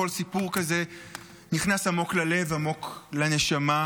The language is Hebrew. כל סיפור כזה נכנס עמוק ללב ועמוק לנשמה.